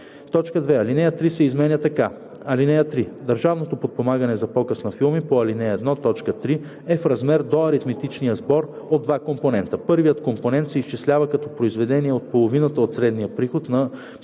2. Алинея 3 се изменя така: „(3) Държавното подпомагане за показ на филми по ал. 1, т. 3 е в размер до аритметичния сбор от два компонента. Първият компонент се изчислява като произведение от половината от средния приход на